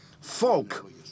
folk